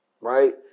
right